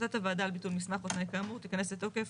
החלטת הוועדה על ביטול מסמך או תנאי כאמור תיכנס לתוקף